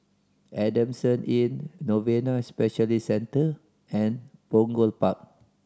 Adamson Inn Novena Specialist Centre and Punggol Park